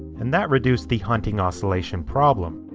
and that reduced the hunting oscillation problem.